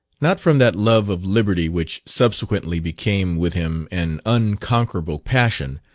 not from that love of liberty which subsequently became with him an unconquerable passion,